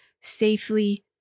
safely